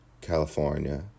California